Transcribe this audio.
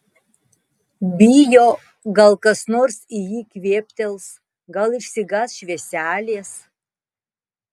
bijo gal kas nors į jį kvėptels gal išsigąs švieselės